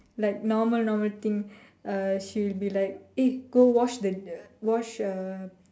like normal normal thing uh she will be like eh go wash the the wash the